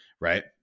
right